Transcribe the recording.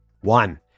One